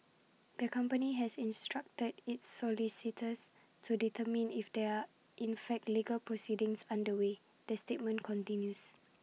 the company has instructed its solicitors to determine if there are in fact legal proceedings underway the statement continues